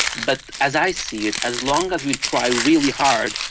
but as i see it, as long as we try really hard,